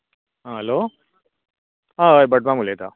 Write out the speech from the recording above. आं हॅलो हय हय भटमाम उलयता